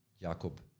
Jakob